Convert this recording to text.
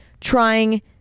trying